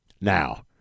Now